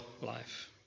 life